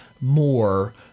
more